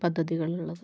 പദ്ധതികളിൽ ഉള്ളത്